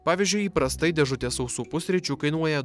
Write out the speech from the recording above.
pavyzdžiui įprastai dėžutė sausų pusryčių kainuoja